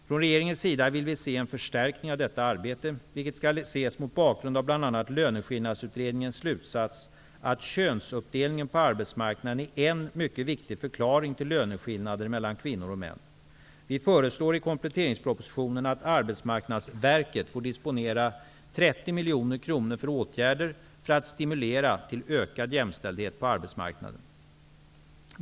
Från regeringens sida vill vi se en förstärkning av detta arbete, vilket skall ses mot bakgrund av bl.a. Löneskillnadsutredningens slutsats att könsuppdelningen på arbetsmarknaden är en mycket viktig förklaring till löneskillnader mellan kvinnor och män. Vi föreslår i kompletteringspropositionen att Arbetsmarknadsverket får disponera 30 miljoner kronor för åtgärder för att stimulera till ökad jämställdhet på arbetsmarknaden.